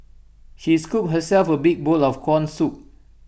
she scooped herself A big bowl of Corn Soup